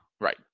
right